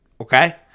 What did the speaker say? okay